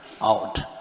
out